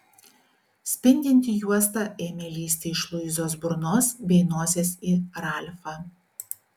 spindinti juosta ėmė lįsti iš luizos burnos bei nosies į ralfą